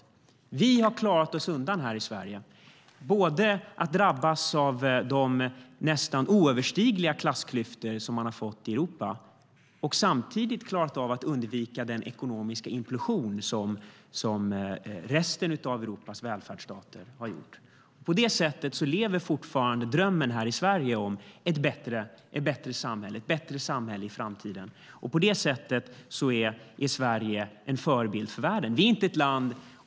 Vi i Sverige har klarat oss undan både de nästan oöverstigliga klassklyftor man har fått i Europa och den ekonomiska implosion som resten av Europas välfärdsstater har drabbats av. På det sättet lever här i Sverige fortfarande drömmen om ett bättre samhälle i framtiden. På det sättet är Sverige en förebild för världen.